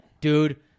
Dude